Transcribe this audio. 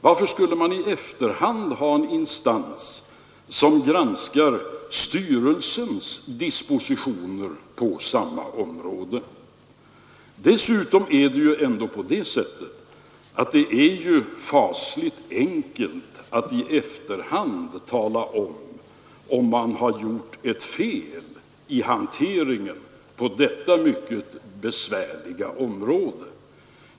Varför skulle man i efterhand ha en institution som granskar fondstyrelsens dispositioner på samma område? Dessutom är det fasligt enkelt att i efterhand tala om, om man har gjort ett fel i hanteringen på detta mycket besvärliga område.